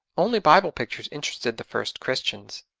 only bible pictures interested the first christians.